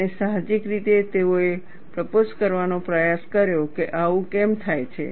અને સાહજિક રીતે તેઓએ પ્રપોઝ કરવાનો પ્રયાસ કર્યો કે આવું કેમ થાય છે